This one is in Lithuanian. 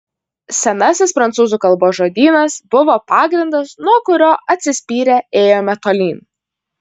senasis prancūzų kalbos žodynas buvo pagrindas nuo kurio atsispyrę ėjome tolyn